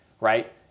right